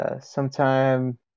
sometime